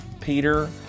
Peter